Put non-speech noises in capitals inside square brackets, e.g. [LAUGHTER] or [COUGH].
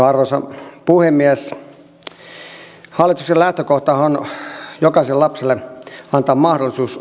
[UNINTELLIGIBLE] arvoisa puhemies hallituksen lähtökohtahan on antaa jokaiselle lapselle mahdollisuus